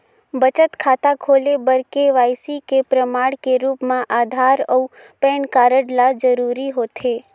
बचत खाता खोले बर के.वाइ.सी के प्रमाण के रूप म आधार अऊ पैन कार्ड ल जरूरी होथे